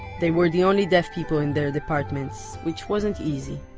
they were the only deaf people in their departments, which wasn't easy.